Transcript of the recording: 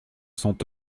sont